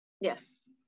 Yes